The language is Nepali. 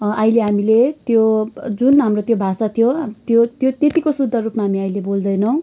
अहिले हामीले त्यो जुन हाम्रो त्यो भाषा थियो त्यो त्यो त्यतिको शुद्ध रूपमा हामीअहिले बोल्दैनौँ